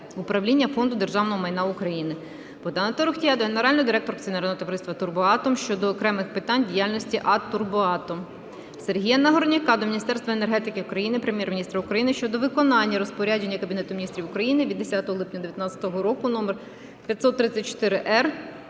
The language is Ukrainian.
управління Фонду державного майна України. Богдана Торохтія до Генерального директора Акціонерного товариства "Турбоатом" щодо окремих питань діяльності АТ "Турбоатом". Сергія Нагорняка до Міністерства енергетики України, Прем'єр-міністра України щодо виконання розпорядження Кабінету Міністрів України від 10 липня 2019 року № 534-р